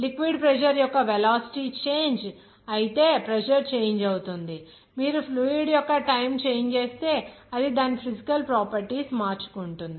liquid pressure యొక్క velocity change ఐతే pressure change అవుతుంది మీరు ఫ్లూయిడ్ యొక్క టైప్ చేంజ్ చేస్తే అది దాని ఫిజికల్ ప్రాపర్టీస్ మార్చుకుంటుంది